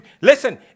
Listen